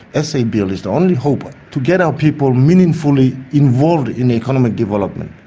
ah sabl is the only hope to get our people meaningfully involved in economic development.